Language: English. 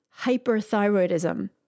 hyperthyroidism